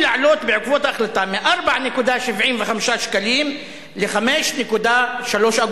לעלות בעקבות ההחלטה מ-4.75 שקלים ל-5.03;